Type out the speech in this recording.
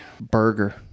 Burger